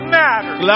matters